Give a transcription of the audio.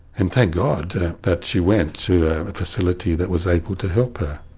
and thank god that she went to a facility that was able to help her.